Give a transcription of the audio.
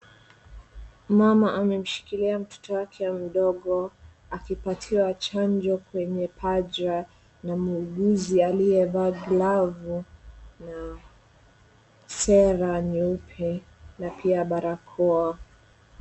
Mama amemshikilia mtoto wake mdogo, akipatiwa chanjo kwenye paja na muuguzi aliyevaa glavu na, sera nyeupe na pia barakoa.